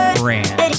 brand